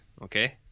okay